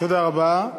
תודה רבה.